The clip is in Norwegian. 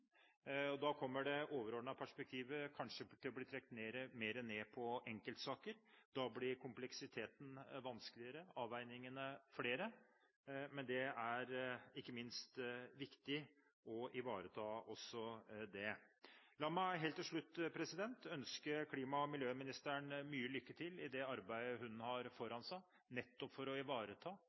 Da kommer det overordnede perspektivet kanskje til å bli trukket mer ned på enkeltsaker, da blir kompleksiteten vanskeligere, avveiningene flere, men det er – ikke minst – viktig å ivareta også det. La meg helt til slutt ønske klima- og miljøministeren lykke til i det arbeidet hun har foran seg for å ivareta